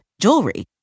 jewelry